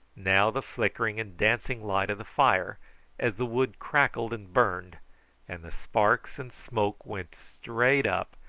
now the flickering and dancing light of the fire as the wood crackled and burned and the sparks and smoke went straight up,